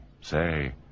Say